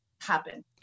happen